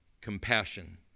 compassion